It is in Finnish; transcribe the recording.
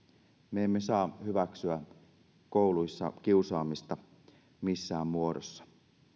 me emme saa hyväksyä kouluissa kiusaamista missään muodossa